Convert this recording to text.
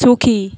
সুখী